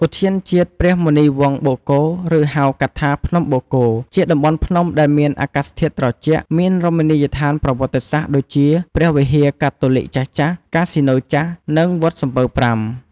ឧទ្យានជាតិព្រះមុនីវង្សបូកគោ ឬហៅកាត់ថា ភ្នំបូកគោ ជាតំបន់ភ្នំដែលមានអាកាសធាតុត្រជាក់ មានរមណីយដ្ឋានប្រវត្តិសាស្ត្រដូចជា ព្រះវិហារកាតូលិកចាស់ៗ កាស៊ីណូចាស់ និងវត្តសំពៅប្រាំ។